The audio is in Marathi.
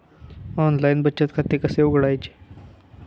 ऑनलाइन बचत खाते कसे उघडायचे?